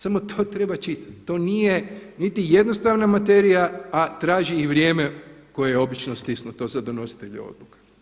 Samo to treba čitati, to nije niti jednostavna materija a traži i vrijeme koje je obično stisnuto za donositelje odluka.